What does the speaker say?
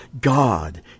God